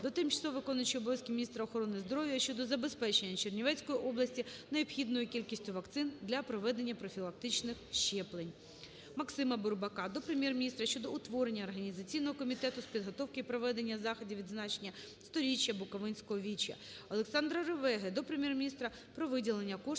до тимчасово виконуючої обов'язки міністра охорони здоров'я України щодо забезпечення Чернівецької області необхідною кількістю вакцин для проведення профілактичних щеплень. МаксимаБурбака до Прем'єр-міністра щодо утворення організаційного комітету з підготовки і проведення заходів відзначення 100-річчя Буковинського віче. ОлександраРевеги до Прем'єр-міністра про виділення коштів